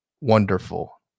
wonderful